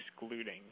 excluding